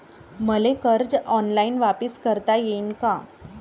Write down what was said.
मले कर्ज ऑनलाईन वापिस करता येईन का?